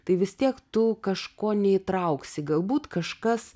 tai vis tiek tu kažko neįtrauksi galbūt kažkas